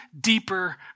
deeper